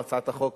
הצעת החוק